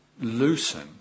loosen